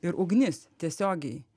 ir ugnis tiesiogiai